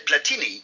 Platini